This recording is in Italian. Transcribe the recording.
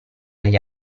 agli